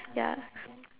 ya